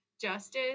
Justice